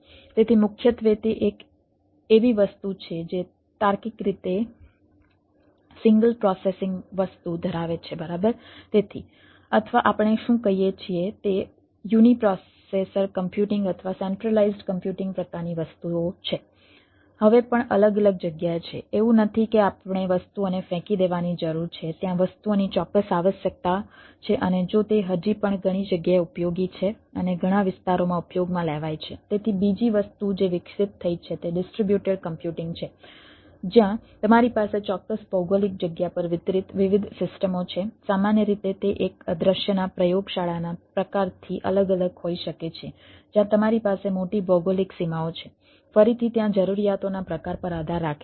તેથી મુખ્યત્વે તે એક એવી વસ્તુ છે જે તાર્કિક રીતે સિંગલ પ્રોસેસિંગ ઉપલબ્ધતા છે